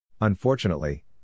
Unfortunately